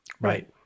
right